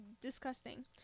disgusting